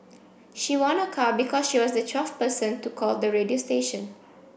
she won a car because she was the twelfth person to call the radio station